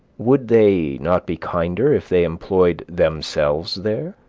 would they not be kinder if they employed themselves there?